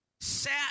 sat